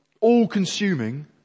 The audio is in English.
all-consuming